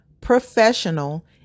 professional